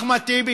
אחמד טיבי,